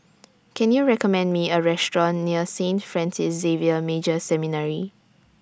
Can YOU recommend Me A Restaurant near Saint Francis Xavier Major Seminary